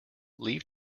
leave